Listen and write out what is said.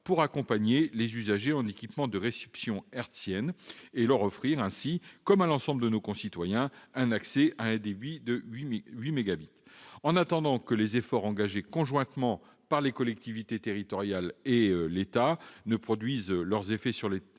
pour accompagner les usagers en équipements de réception hertzienne et leur offrir, comme à l'ensemble de nos concitoyens, un accès à un débit de 8 mégabits par seconde. En attendant que les efforts engagés conjointement par les collectivités territoriales et l'État produisent leurs effets sur les territoires,